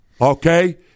okay